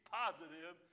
positive